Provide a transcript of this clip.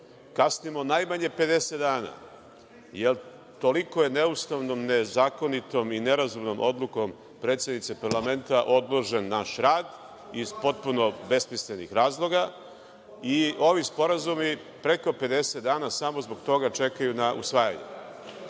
kasnimo najmanje 50 dana, jer toliko je neustavnom, nezakonitom i nerazumnom odlukom predsednice parlamenta odložen naš rad, iz potpuno besmislenih razloga i ovi sporazumi preko 50 dana samo zbog toga čekaju na usvajanje. Vidim